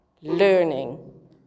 learning